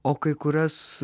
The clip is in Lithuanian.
o kai kurias